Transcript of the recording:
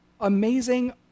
amazing